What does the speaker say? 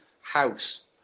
house